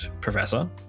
professor